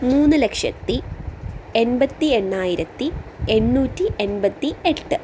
മൂന്നു ലക്ഷത്തി എൺപത്തി എണ്ണായിരത്തി എണ്ണൂറ്റി എൺപത്തി എട്ട്